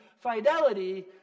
fidelity